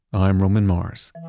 i'm roman mars